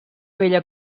bella